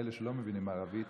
לאלה שלא מבינים ערבית,